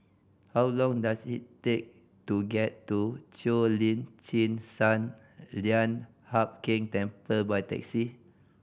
how long does it take to get to Cheo Lim Chin Sun Lian Hup Keng Temple by taxi